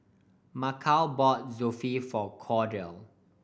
Mychal bought Zosui for Cordell